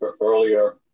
earlier